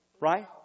Right